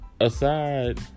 Aside